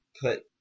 put